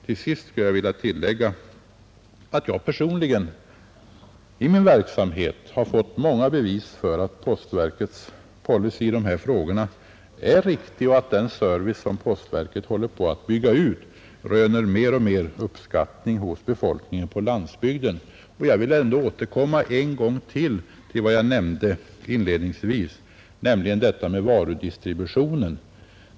Vidare skulle jag vilja tillägga att jag personligen i min verksamhet har fått många bevis för att postverkets policy i dessa frågor är riktig och att den service som postverket håller på att bygga ut röner mer och mer uppskattning hos befolkningen på landsbygden. Och jag vill återkomma ännu en gång till vad jag inledningsvis nämnde om varudistributionen.